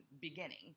beginning